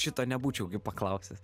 šito nebūčiau gi paklausęs